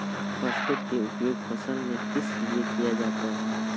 Phosphate की उपयोग फसल में किस लिए किया जाता है?